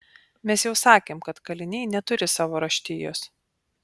mes jau sakėm kad kaliniai neturi savo raštijos